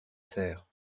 serre